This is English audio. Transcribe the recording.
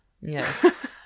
Yes